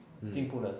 mm